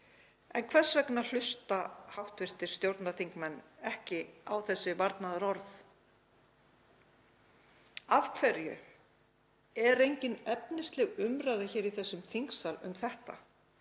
En hvers vegna hlusta hv. stjórnarþingmenn ekki á þessi varnaðarorð? Af hverju er engin efnisleg umræða hér í þessum þingsal um þetta?